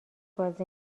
بازی